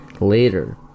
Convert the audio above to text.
Later